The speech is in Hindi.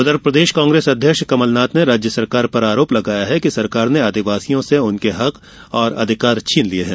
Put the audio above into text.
उधर प्रदेश कांग्रेस अध्यक्ष कमलनाथ ने राज्य सरकार पर आरोप लगाया कि सरकार ने आदिवासियों से उनके हक और अधिकार छीन लिये हैं